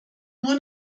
nur